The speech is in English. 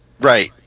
Right